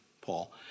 Paul